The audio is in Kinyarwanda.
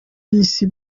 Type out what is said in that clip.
bw’isi